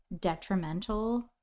detrimental